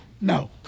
No